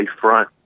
front